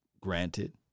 granted